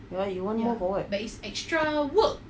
ya you want more for what